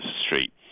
street